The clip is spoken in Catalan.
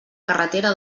carretera